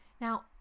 Now